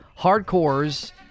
Hardcores